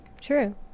True